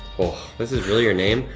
oh, this is really your name?